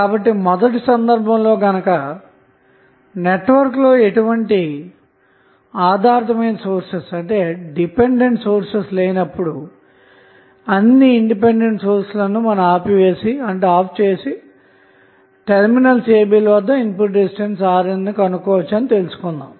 కాబట్టి మొదటి సందర్భంలో గనక నెట్వర్క్ లో ఎటువంటి ఆధారితమైన సోర్స్ లు లేనప్పుడు అన్ని స్వతంత్రమైన సోర్స్ లను ఆఫ్ చేసి టెర్మినల్స్ ab ల వద్ద ఇన్పుట్ రెసిస్టెన్స్ RN కనుగొనవచ్చని తెలుసుకున్నాము